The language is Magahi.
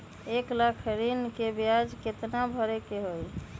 एक लाख ऋन के ब्याज केतना भरे के होई?